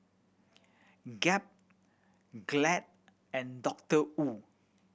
Gap Glade and Doctor Wu